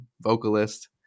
vocalist